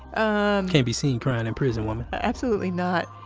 um can't be seen crying in prison, woman absolutely not.